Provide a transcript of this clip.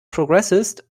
progressist